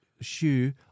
shoe